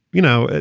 you know,